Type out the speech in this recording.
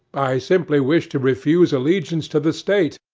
i simply wish to refuse allegiance to the state,